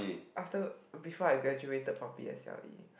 after before I graduated from P_S_L_E